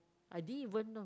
I didn't even know